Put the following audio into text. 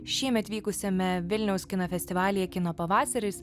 šiemet vykusiame vilniaus kino festivalyje kino pavasaris